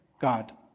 God